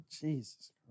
Jesus